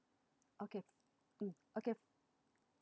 okay mm okay